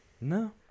No